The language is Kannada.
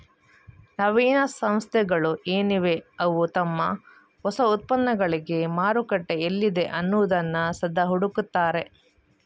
ನವೀನ ಸಂಸ್ಥೆಗಳು ಏನಿವೆ ಅವು ತಮ್ಮ ಹೊಸ ಉತ್ಪನ್ನಗಳಿಗೆ ಮಾರುಕಟ್ಟೆ ಎಲ್ಲಿದೆ ಅನ್ನುದನ್ನ ಸದಾ ಹುಡುಕ್ತಾರೆ